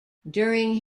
during